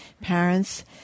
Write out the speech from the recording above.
parents